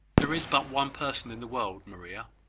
there is but one person in the world, maria,